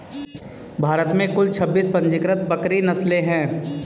भारत में कुल छब्बीस पंजीकृत बकरी नस्लें हैं